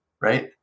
Right